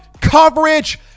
coverage